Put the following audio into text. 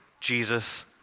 Jesus